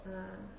a'ah